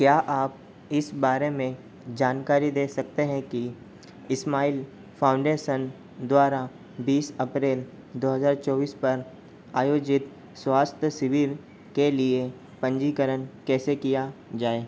क्या आप इस बारे में जानकारी दे सकते हैं कि इस्माइल फ़ाउंडेसन द्वारा बीस अप्रेल दो हज़ार चौबीस पर आयोजित स्वास्थ्य शिविर के लिए पंजीकरण कैसे किया जाए